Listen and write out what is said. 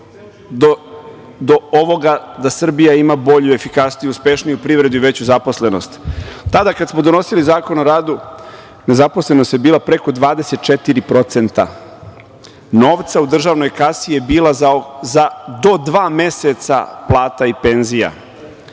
do ovoga da Srbija ima bolju, efikasniju, uspešniju privredu i veću zaposlenost. Kada smo donosili Zakon o radu nezaposlenost je bila preko 24%, novca u državnoj kasi je bilo za do dva meseca plata i penzija,